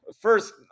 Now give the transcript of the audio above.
first